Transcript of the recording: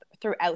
throughout